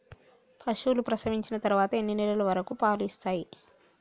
పశువులు ప్రసవించిన తర్వాత ఎన్ని నెలల వరకు పాలు ఇస్తాయి?